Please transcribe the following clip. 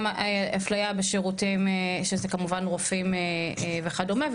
גם אפליה בשירותים שזה כמובן רופאים וכדומה,